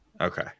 Okay